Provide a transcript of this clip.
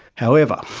however,